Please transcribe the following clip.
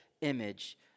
image